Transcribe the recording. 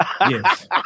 Yes